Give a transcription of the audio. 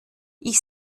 ich